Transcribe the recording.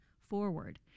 forward